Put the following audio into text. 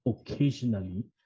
occasionally